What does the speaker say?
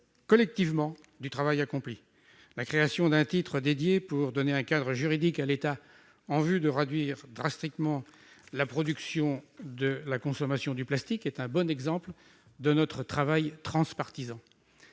collectivement, du travail accompli. La création au sein de ce texte d'un titre spécifique pour donner un cadre juridique à l'État en vue de réduire drastiquement la production et la consommation de plastique est un bon exemple de notre travail transpartisan.